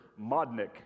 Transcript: modnik